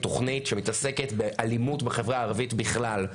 תוכנית שמתעסקת באלימות בחברה הערבית בכלל,